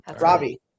Robbie